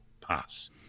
pass